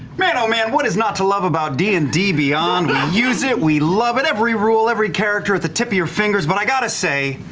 man oh man, what is not to love about d and d beyond? we use it, we love it, every rule, every character at the tip of your fingers, but i got to say,